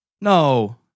No